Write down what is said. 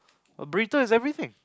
burrito is everything